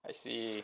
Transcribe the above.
I see